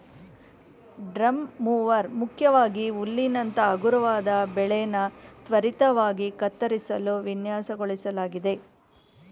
drum mower ಮುಖ್ಯವಾಗಿ ಹುಲ್ಲಿನಂತ ಹಗುರವಾದ ಬೆಳೆನ ತ್ವರಿತವಾಗಿ ಕತ್ತರಿಸಲು ವಿನ್ಯಾಸಗೊಳಿಸ್ಲಾಗಿದೆ